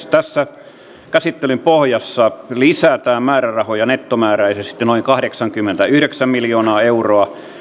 tässä käsittelyn pohjassa lisätään määrärahoja nettomääräisesti noin kahdeksankymmentäyhdeksän miljoonaa euroa